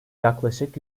yaklaşık